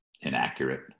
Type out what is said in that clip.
inaccurate